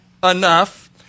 enough